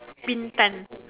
Bintan